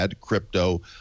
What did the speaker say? Crypto